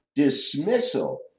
dismissal